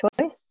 choice